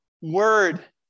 word